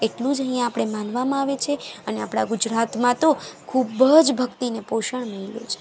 એટલું જ અહીં આપણે અહીંયા માનવામાં આવે છે અને આપણા ગુજરાતમાં તો ખૂબ જ ભક્તિ અને પોષણ મેળવે છે